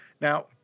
Now